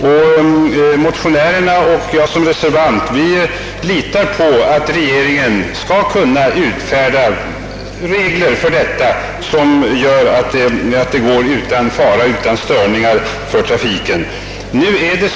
Såväl motionärerna som jag själv som reservant litar på att regeringen skall kunna utfärda regler för detta, som skulle kunna bidraga till att det inte blir några störningar för trafiken.